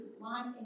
life